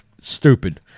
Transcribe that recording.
Stupid